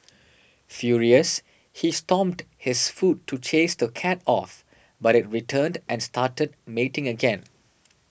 furious he stomped his foot to chase the cat off but it returned and started mating again